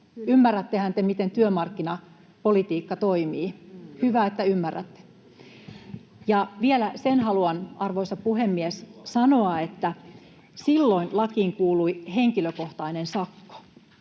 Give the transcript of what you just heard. Ymmärrättehän te, miten työmarkkinapolitiikka toimii? Hyvä, että ymmärrätte. Vielä sen haluan, arvoisa puhemies, sanoa, että silloin lakiin kuului henkilökohtainen sakko,